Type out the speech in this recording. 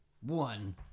one